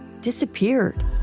disappeared